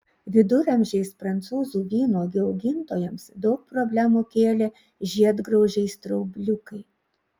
viduramžiais prancūzų vynuogių augintojams daug problemų kėlė žiedgraužiai straubliukai